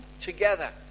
Together